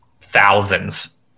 thousands